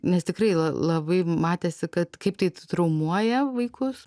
nes tikrai la labai matėsi kad kaip tai traumuoja vaikus